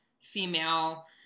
female